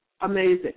amazing